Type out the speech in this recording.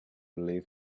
leave